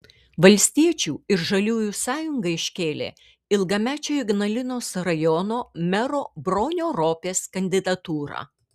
valstiečių ir žaliųjų sąjunga iškėlė ilgamečio ignalinos rajono mero bronio ropės kandidatūrą